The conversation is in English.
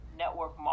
network